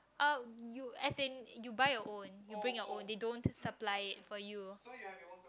uh you as in you buy your own you bring your own they don't supply it for you